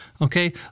okay